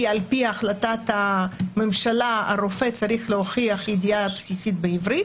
כי על פי החלטת הממשלה רופא צריך להוכיח ידיעה בסיסית בעברית